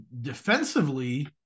defensively